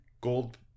gold